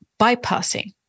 bypassing